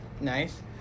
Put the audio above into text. nice